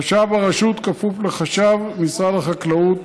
חשב הרשות כפוף לחשב משרד החקלאות,